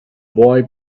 boy